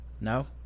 no